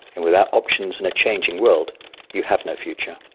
and without options in a changing world you have no future.